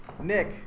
Nick